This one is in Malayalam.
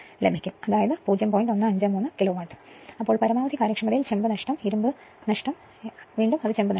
അതിനാൽ പരമാവധി കാര്യക്ഷമതയിൽ ചെമ്പ് നഷ്ടം ഇരുമ്പ് നഷ്ടം ചെമ്പ് നഷ്ടം